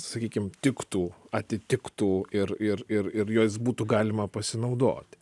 sakykim tiktų atitiktų ir ir ir ir jais būtų galima pasinaudoti